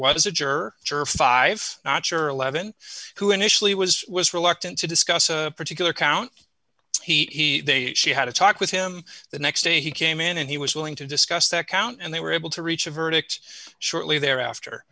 was a juror five not sure eleven who initially was was reluctant to discuss a particular count he they she had a talk with him the next day he came in and he was willing to discuss that count and they were able to reach a verdict shortly thereafter